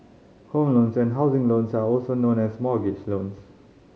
home loans and housing loans are also known as mortgage loans